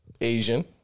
Asian